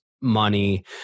money